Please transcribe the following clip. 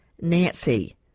Nancy